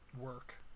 work